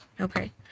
Okay